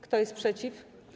Kto jest przeciw?